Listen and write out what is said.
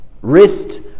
wrist